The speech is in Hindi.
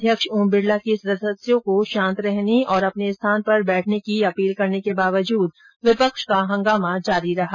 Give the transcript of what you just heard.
अध्यक्ष ओम बिडला के सदस्यों को शांत रहने और अपने स्थान पर बैठने की अपील करने के बावजूद विपक्ष का हंगामा जारी रहा